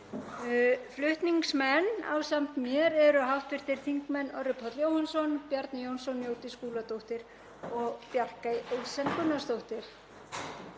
Flutningsmenn ásamt mér eru hv. þingmenn Orri Páll Jóhannsson, Bjarni Jónsson, Jódís Skúladóttir og Bjarkey Olsen Gunnarsdóttir.